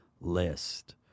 list